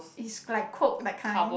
is like coke that kind